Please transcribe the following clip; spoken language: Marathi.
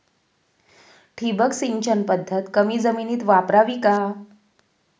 ठिबक सिंचन पद्धत कमी जमिनीत वापरावी का?